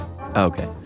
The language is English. Okay